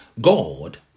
God